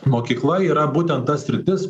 mokykla yra būtent ta sritis